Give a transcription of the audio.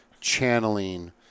Channeling